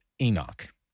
Enoch